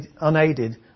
unaided